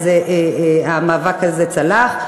אז המאבק הזה צלח.